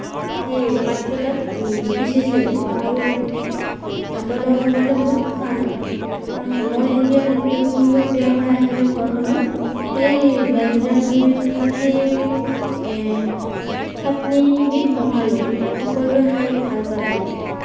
সেই পাটপতাত পিচিছিলোঁ আৰু ভাতৰ লগত খাবলৈ বহুত সোৱাদ হয় আৰু মই যেতিয়া নতুনকৈ বিয়া হৈ আহিলোঁ ঘৰখনত সেই ব্যঞ্জনবিধ মানে সেই চাটনিবিধ বনালো আৰু সকলোৱে খাই ভাল পালে